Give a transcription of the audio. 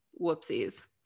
Whoopsies